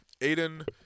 Aiden